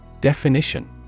Definition